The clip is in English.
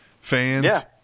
Fans